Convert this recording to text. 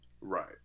Right